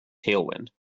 tailwind